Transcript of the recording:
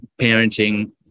parenting